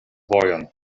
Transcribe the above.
vojon